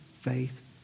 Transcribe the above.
faith